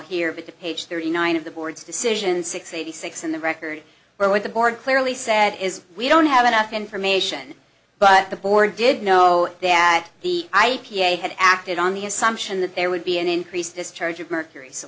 here but the page thirty nine of the board's decision six eighty six in the record but what the board clearly said is we don't have enough information but the board did know that the i p a had acted on the assumption that there would be an increased discharge of mercury so